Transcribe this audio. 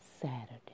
Saturday